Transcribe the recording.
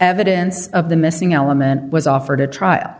evidence of the missing element was offered a trial